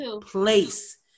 place